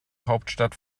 hauptstadt